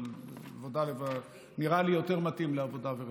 אבל נראה לי יותר מתאים לעבודה ורווחה.